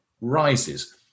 rises